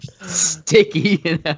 Sticky